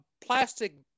plastic